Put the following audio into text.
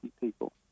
people